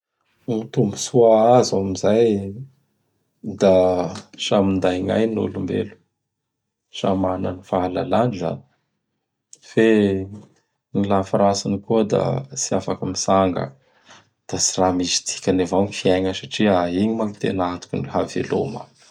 Gn tombotsoa azo amin'izay da samy minday gnainy gn' olombelo. Samy mana gny fahalalany zany. Fe gny lafy ratsiny koa da tsy afaky mitsanga. Da tsy raha misy dikany avao gny fiaigna satria igny gny tena antoky ny haveloma.